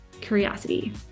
curiosity